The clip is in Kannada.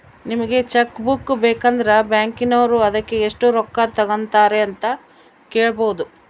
ನಿಮಗೆ ಚಕ್ ಬುಕ್ಕು ಬೇಕಂದ್ರ ಬ್ಯಾಕಿನೋರು ಅದಕ್ಕೆ ಎಷ್ಟು ರೊಕ್ಕ ತಂಗತಾರೆ ಅಂತ ಕೇಳಬೊದು